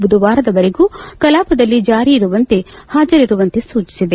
ಬುಧವಾರದವರೆಗೂ ಕಲಾಪದಲ್ಲಿ ಹಾಜರಿರುವಂತೆ ಸೂಚಿಸಿದೆ